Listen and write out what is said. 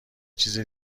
چیز